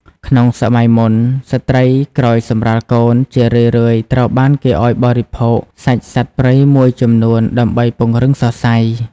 ក្នុងសម័យមុន ស្ត្រីក្រោយសម្រាលកូនជារឿយៗត្រូវបានគេឱ្យបរិភោគសាច់សត្វព្រៃមួយចំនួនដើម្បី "ពង្រឹងសរសៃ"។